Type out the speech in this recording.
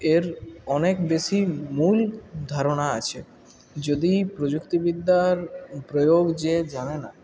এর অনেক বেশি মূল ধারণা আছে যদি প্রযুক্তিবিদ্যার প্রয়োগ যে জানে না